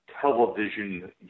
television